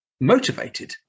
motivated